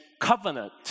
covenant